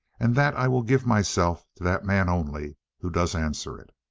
and that i will give myself to that man only who does answer it